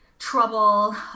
trouble